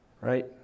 Right